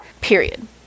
period